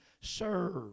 serve